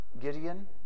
Gideon